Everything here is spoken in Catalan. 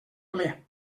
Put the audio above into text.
ple